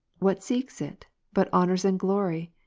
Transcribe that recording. what seeks it, but honours and glory?